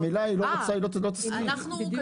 ממילא, אם היא לא רוצה היא לא תסכים.